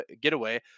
getaway